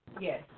Yes